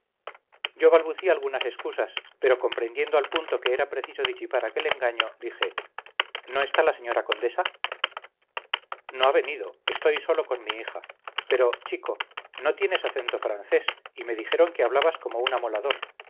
yo balbucí algunas excusas pero comprendiendo al punto que era preciso disipar aquel engaño dije no está la señora condesa no ha venido estoy solo con mi hija pero chico no tienes acento francés y me dijeron que hablabas como un amolador